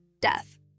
death